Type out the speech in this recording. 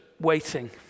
waiting